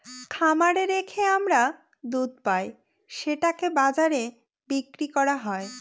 খামারে রেখে আমরা দুধ পাই সেটাকে বাজারে বিক্রি করা হয়